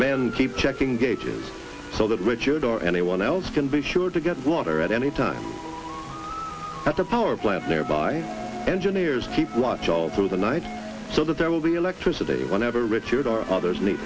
man keep checking gauges so that richard or anyone else can be sure to get water at any time at the power plant nearby engineers keep watch all through the night so that there will be electricity whenever richard or others ne